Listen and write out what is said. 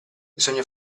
bisogna